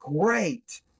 great